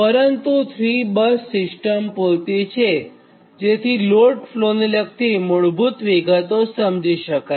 પરંતુ ૩બસ સિસ્ટમ પુરતી છેજેથી લોડ ફ્લોને લગતી મૂળભૂત વિગતો સમજી શકાય